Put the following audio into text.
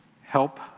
help